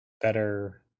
better